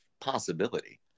possibility